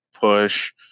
push